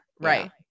Right